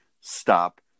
stop